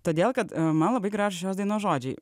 todėl kad man labai gražūs šios dainos žodžiai